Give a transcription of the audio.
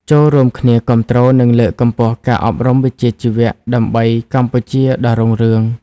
ចូររួមគ្នាគាំទ្រ និងលើកកម្ពស់ការអប់រំវិជ្ជាជីវៈដើម្បីកម្ពុជាដ៏រុងរឿង។